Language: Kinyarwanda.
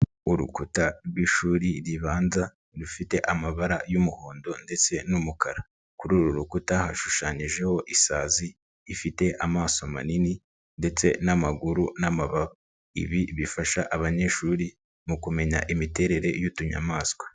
Urukuta rw'ishuri ribanza rufite amabara y'umuhondo ndetse n'umukara, kuri uru rukuta hashushanyijeho isazi, ifite amaso manini ndetse n'amaguru n'amababa, ibi bifasha abanyeshuri mu kumenya imiterere y'utunyamaswa.